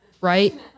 right